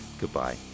Goodbye